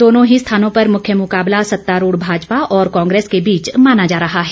दोनों ही स्थानों पर मुख्य मुकाबला सत्तारूढ भाजपा और कांग्रेस के बीच माना जा रहा है